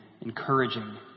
encouraging